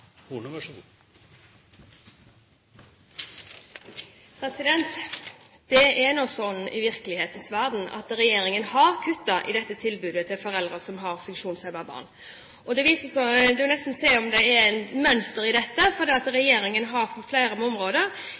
nå slik i virkelighetens verden at regjeringen har kuttet i dette tilbudet til foreldre som har funksjonshemmede barn. Det kan nesten se ut som det er et mønster i dette, for regjeringen har på flere områder